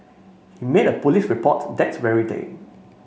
he made a police report that very day